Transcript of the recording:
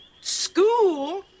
School